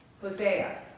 Hosea